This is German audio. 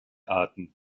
arten